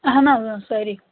اَہَن حظ اۭں سٲری